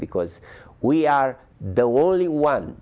because we are the only one